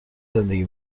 زندگی